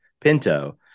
Pinto